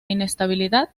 inestabilidad